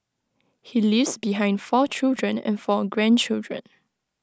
he leaves behind four children and four grandchildren